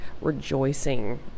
rejoicing